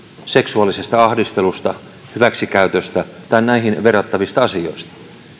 seksuaalisesta ahdistelusta hyväksikäytöstä tai näihin verrattavista asioista